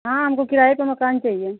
हाँ हमको किराए पर मकान चाहिए